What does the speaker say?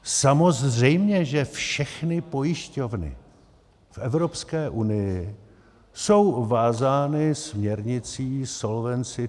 Samozřejmě že všechny pojišťovny v Evropské unii jsou vázány směrnicí Solvency II.